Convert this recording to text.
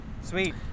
sweet